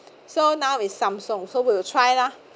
so now is samsung so we will try lah